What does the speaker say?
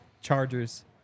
Chargers